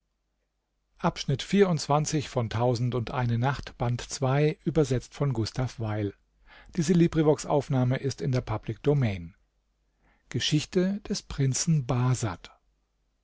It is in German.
geschichte des prinzen